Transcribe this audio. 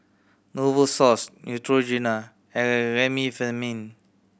Novosource Neutrogena and Remifemin